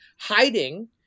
hiding